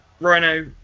Rhino